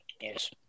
Yes